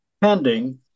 pending